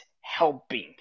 helping